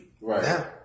Right